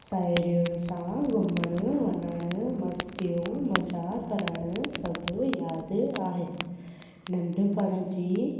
साहेरियुनि सां घुमण वञण मस्तियूं मज़ा करणु सभु यादि आहे नंढिपण जी